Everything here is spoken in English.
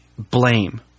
Blame